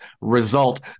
result